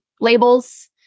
labels